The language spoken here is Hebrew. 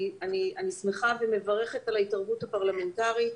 שמחה ומברכת על ההתערבות הפרלמנטרית,